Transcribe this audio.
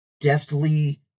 deftly